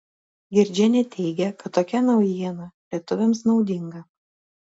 girdžienė teigia kad tokia naujiena lietuviams naudinga